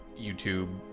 YouTube